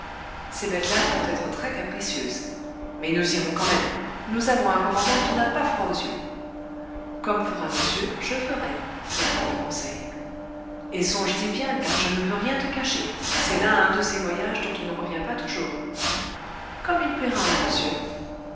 ces bêtes-là peuvent être très capricieuses mais nous irons quand même nous avons un commandant qui n'a pas froid aux yeux comme fera monsieur je ferai répondit conseil et songes-y bien car je ne veux rien te cacher c'est là un de ces voyages dont on ne revient pas toujours comme il plaira à monsieur